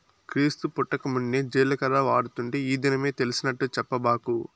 క్రీస్తు పుట్టకమున్నే జీలకర్ర వాడుతుంటే ఈ దినమే తెలిసినట్టు చెప్పబాకు